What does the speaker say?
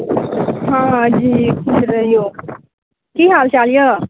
हँ जी रहिऔ